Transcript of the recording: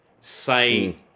Say